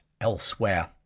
elsewhere